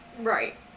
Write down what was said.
Right